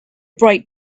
bright